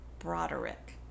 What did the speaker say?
broderick